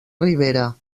ribera